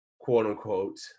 quote-unquote